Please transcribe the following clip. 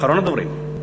אחרון הדוברים,